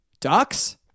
Ducks